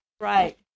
Right